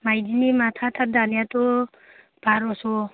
माइदिनि माथा थार दानायाथ' बारस'